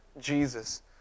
Jesus